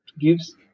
gives